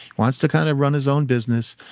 wants to kind of run his own business.